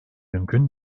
mümkün